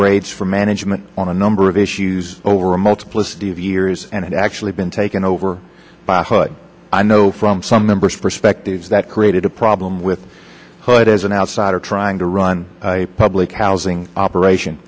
grades from management on a number of issues over a multiplicity of years and had actually been taken over by a good i know from some members perspectives that created a problem with hurt as an outsider trying to run a public housing operation